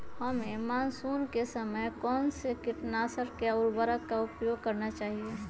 हमें मानसून के समय कौन से किटनाशक या उर्वरक का उपयोग करना चाहिए?